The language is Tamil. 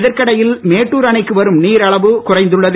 இதற்கிடையில் மேட்டுர் அணைக்கு வரும் நீர் அளவு குறைந்துள்ளது